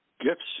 Gifts